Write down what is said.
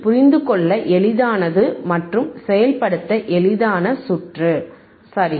புரிந்துகொள்ள எளிதானது மற்றும் செயல்படுத்த எளிதான சுற்று சரி